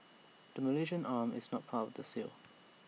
the Malaysian arm is not part of the sale